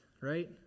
right